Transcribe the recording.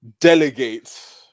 delegate